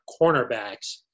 cornerbacks